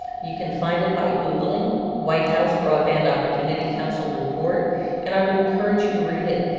you can find it by googling white house broadband opportunity council report and i would encourage you to read it.